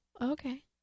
okay